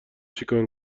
چیکار